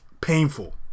painful